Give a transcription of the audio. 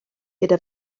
gyda